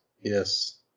yes